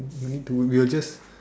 you need to we will just